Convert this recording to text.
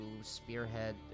spearhead